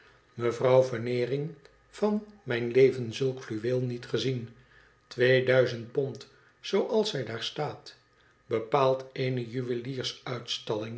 mevrouw verneering van mijn leven zulk fluweel niet gezien twee duizend pond zooals zij daar staat bepaald eene juweliers uitstalling